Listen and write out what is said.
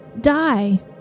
Die